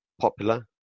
popular